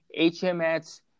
hms